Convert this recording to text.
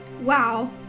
Wow